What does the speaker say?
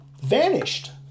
vanished